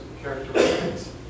characteristics